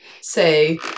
say